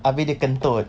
abeh dia kentut